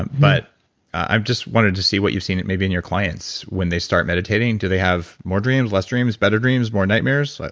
but i just wanted to see what you've seen maybe in your clients when they start meditating. do they have more dreams, less dreams, better dreams, more nightmares?